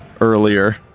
earlier